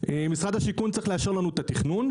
משרד השיכון צריך לאשר לנו את התכנון,